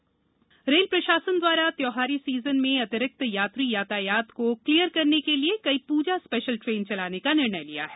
अतिरिक्त rail rail प्रशासन द्वारा त्योहारी सीजन में अतिरिक्त यात्री यातायात को क्लियर करने के लिए कई प्रजा स्पेशल ट्रेन चलाने का निर्णय लिया गया है